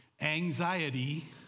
anxiety